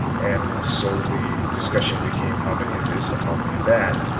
and so the discussion became how many of this and how many of that.